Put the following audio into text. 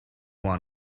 want